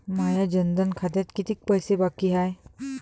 माया जनधन खात्यात कितीक पैसे बाकी हाय?